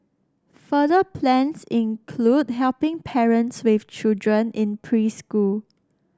further plans include helping parents with children in preschool